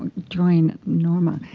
during norma,